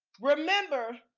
remember